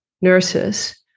nurses